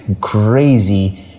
crazy